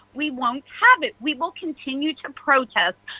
we won't have it! we won't continue to protest,